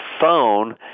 phone